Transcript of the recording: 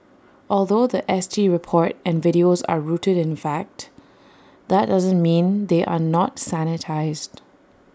although The S T report and videos are rooted in fact that doesn't mean they are not sanitised